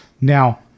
Now